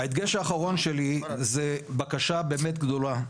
ההדגש האחרון שלי זה בקשה באמת גדולה,